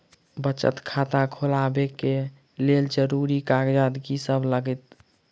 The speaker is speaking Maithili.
बचत खाता खोलाबै कऽ लेल जरूरी कागजात की सब लगतइ?